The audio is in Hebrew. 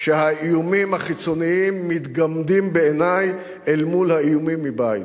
שהאיומים החיצוניים מתגמדים אל מול האיומים מבית.